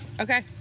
Okay